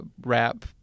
rap